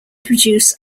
produce